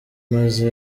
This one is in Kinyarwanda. maze